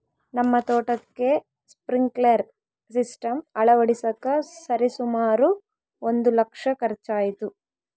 ನಮ್ಮ ತೋಟಕ್ಕೆ sprinkler system ಅಳವಡಿಸಕ ಸರಿಸುಮಾರು ಒಂದು ಲಕ್ಷ ಖರ್ಚಾಯಿತು